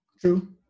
true